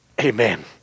Amen